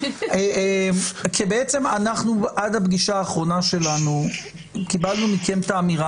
עד הפגישה האחרונה שלנו קיבלנו מכם את האמירה,